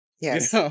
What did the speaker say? Yes